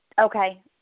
Okay